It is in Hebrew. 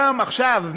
גם עכשיו,